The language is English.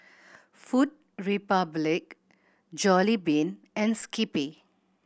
Food Republic Jollibean and Skippy